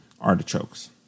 artichokes